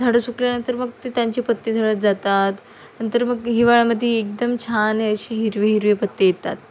झाडं सुकल्यानंतर मग ते त्यांचे पत्ते झडत जातात नंतर मग हिवाळ्यामध्ये एकदम छान असे हिरवे हिरवे पत्ते येतात